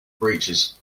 breeches